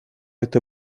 это